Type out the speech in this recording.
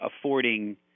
affording